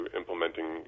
implementing